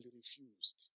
refused